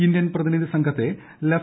Indian പ്രതിനിധി സംഘത്തെ ലഫ്